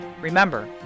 Remember